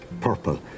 purple